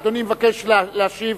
אדוני מבקש להשיב